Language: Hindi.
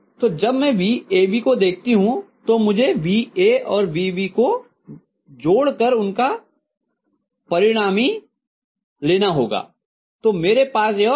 तो जब मैं vAB को देखती हूँ तो मुझे vA और vB को जोड़कर उनका परिणामी लेना होगा तो मेरे पास यह vAB होगा